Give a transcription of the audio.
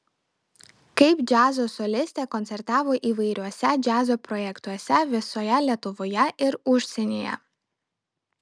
kaip džiazo solistė koncertavo įvairiuose džiazo projektuose visoje lietuvoje ir užsienyje